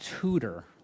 tutor